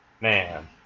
man